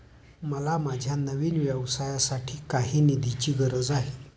मला माझ्या नवीन व्यवसायासाठी काही निधीची गरज आहे